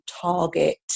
target